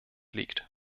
liegt